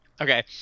Okay